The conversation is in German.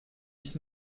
ich